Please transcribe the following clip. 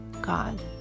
god